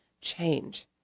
change